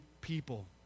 people